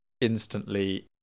instantly